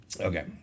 Okay